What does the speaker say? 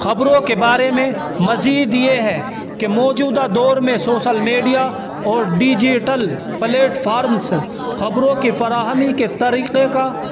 خبروں کے بارے میں مزید یہ ہے کہ موجودہ دور میں سوسل میڈیا اور ڈیجیٹل پلیٹفارمس خبروں کے فراہمی کے طریقے کا